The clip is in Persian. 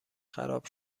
خراب